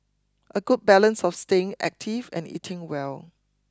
a good balance of staying active and eating well